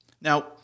Now